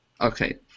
Okay